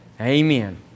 Amen